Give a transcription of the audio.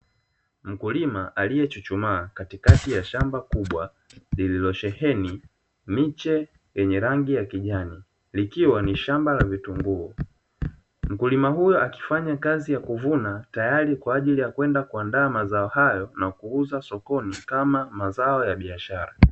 Mkulima aliyechuchumaa katikati ya shamba kubwa lililosheheni miche yenye rangi ya kijani likiwa ni shamba la vitunguu. Mkulima huyo akifanya kazi ya kuvuna tayari kwa ajili ya kwenda kuandaa mazao hayo na kuuza sokoni kama mazao ya biashara.